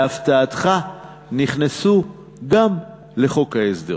להפתעתך, נכנסו גם לחוק ההסדרים.